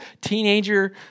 teenager